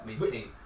maintain